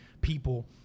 people